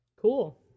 Cool